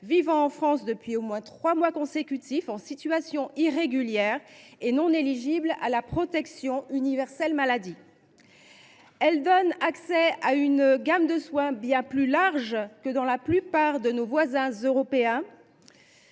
vivant en France depuis au moins trois mois consécutifs, en situation irrégulière et non éligibles à la protection universelle maladie (PUMa). Elle donne accès à une gamme de soins bien plus large que dans la plupart des pays européens,